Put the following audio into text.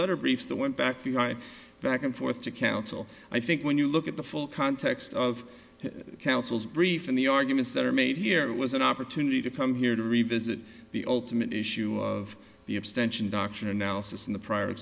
letter briefs that went back to my back and forth to counsel i think when you look at the full context of counsel's brief in the arguments that are made here it was an opportunity to come here to revisit the ultimate issue of the extension doctrine analysis in the pri